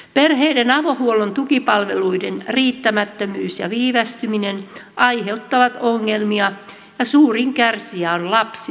perheiden avohuollon tukipalveluiden riittämättömyys ja viivästyminen aiheuttavat ongelmia ja suurin kärsijä on lapsi tai nuori